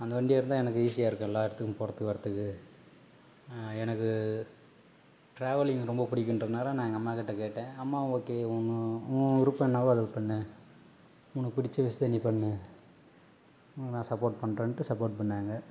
அந்த வண்டி இருந்தால் எனக்கு ஈஸியாக இருக்கும் எல்லா எடத்துக்கும் போகறத்துக்கு வரத்துக்கு எனக்கு டிராவலிங் ரொம்ப பிடிக்குன்றனால நான் எங்கள் அம்மாக்கிட்ட கேட்டேன் அம்மாவும் ஓகே ஒன்றும் உன் விருப்பம் என்னவோ அதை பண்ணு உனக்கு பிடிச்ச விஷயத்த நீ பண்ணு உனக்கு நான் சப்போர்ட் பண்ணுறேன்ட்டு சப்போர்ட் பண்ணாங்க